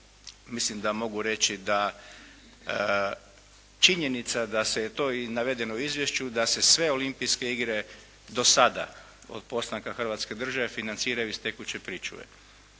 mislim da mogu reći da činjenica da se i to je navedeno u izvješću, da se sve olimpijske igre do sada od postanka Hrvatske države financiraju iz tekuće pričuve